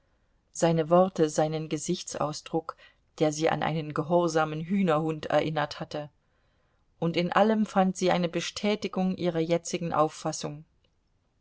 seine worte seinen gesichtsausdruck der sie an einen gehorsamen hühnerhund erinnert hatte und in allem fand sie eine bestätigung ihrer jetzigen auffassung